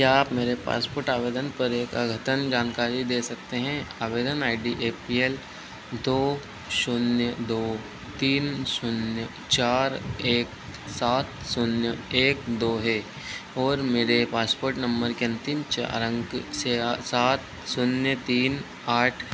क्या आप मेरे पासपोर्ट आवेदन पर एक अद्यतन जानकारी दे सकते हैं आवेदन I D A P L दो शून्य दो तीन शून्य चार एक सात शून्य एक दो है और मेरे पासपोर्ट नम्बर के अंतिम चार अंक से सात शून्य तीन आठ